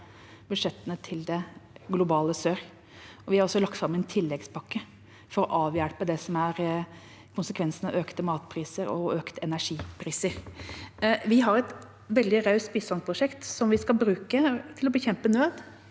budsjettene til det globale sør. Vi har også lagt fram en tilleggspakke for å avhjelpe det som er konsekvensene av økte matpriser og økte energipriser. Vi har et veldig raust bistandsprosjekt, som vi skal bruke til å bekjempe nød